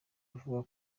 avuga